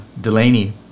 Delaney